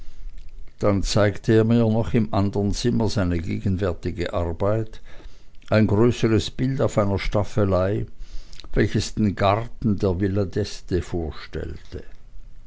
dann zeigte er mir noch im andern zimmer seine gegenwärtige arbeit ein größeres bild auf einer staffelei welches den garten der villa d'este vorstellte